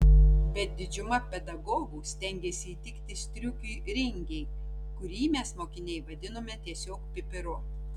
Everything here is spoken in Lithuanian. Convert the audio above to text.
bet didžiuma pedagogų stengėsi įtikti striukiui ringei kurį mes mokiniai vadinome tiesiog pipiru